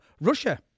Russia